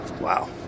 Wow